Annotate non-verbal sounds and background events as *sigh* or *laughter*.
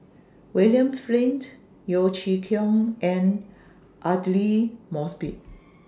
William Flint Yeo Chee Kiong and Aidli Mosbit *noise*